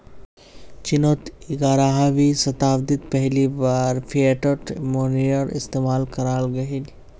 चिनोत ग्यारहवीं शाताब्दित पहली बार फ़िएट मोनेय्र इस्तेमाल कराल गहिल